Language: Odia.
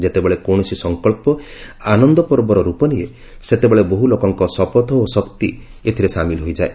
ଯେତେବେଳେ କୌଣସି ସଂକଳ୍ପ ଆନନ୍ଦ ପର୍ବର ରୂପ ନିଏ ସେତେବେଳେ ବହୁ ଲୋକଙ୍କ ଶପଥ ଓ ଶକ୍ତି ଏଥିରେ ସାମିଲ ହୋଇଯାଏ